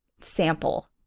sample